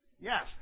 Yes